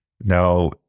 now